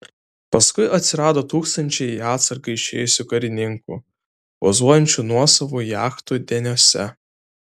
paskui atsirado tūkstančiai į atsargą išėjusių karininkų pozuojančių nuosavų jachtų deniuose